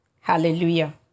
Hallelujah